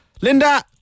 Linda